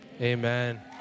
amen